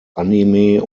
anime